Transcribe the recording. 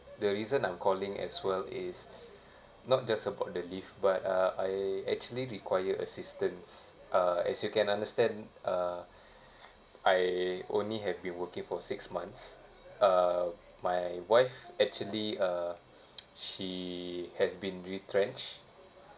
the reason I'm calling as well is not just about the leave but uh I actually require assistance uh as you can understand uh I only have been working for six months uh my wife actually uh she has been retrenched